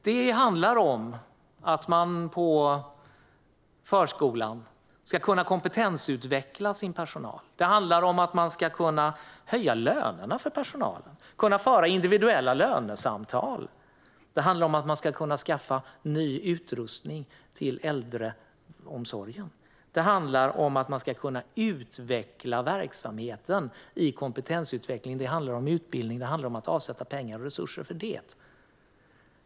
Det handlar om att man på förskolan ska kunna kompetensutveckla sin personal. Man ska kunna höja lönerna för personalen och föra individuella lönesamtal. Det handlar också om att kunna skaffa ny utrustning till äldreomsorgen. Man ska kunna utveckla verksamheten genom kompetensutveckling. Det handlar om utbildning och om att avsätta resurser för det.